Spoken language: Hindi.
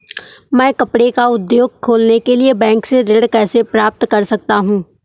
मैं कपड़े का उद्योग खोलने के लिए बैंक से ऋण कैसे प्राप्त कर सकता हूँ?